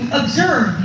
observe